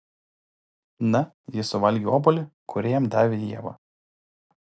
na jis suvalgė obuolį kurį jam davė ieva